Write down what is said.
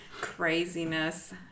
Craziness